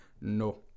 no